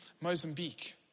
Mozambique